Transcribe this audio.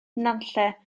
nantlle